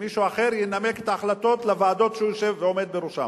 מישהו אחר ינמק את ההחלטות של הוועדות שהוא עומד בראשן.